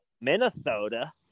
Minnesota